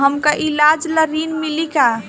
हमका ईलाज ला ऋण मिली का?